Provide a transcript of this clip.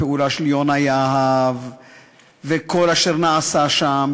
הפעולה של יונה יהב וכל אשר נעשה שם,